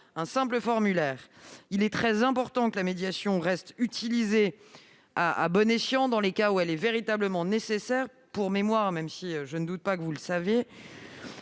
un simple formulaire. Il est très important que la médiation reste utilisée à bon escient, dans les cas où elle est véritablement nécessaire. Pour mémoire- et je ne doute pas que vous le sachiez